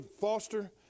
Foster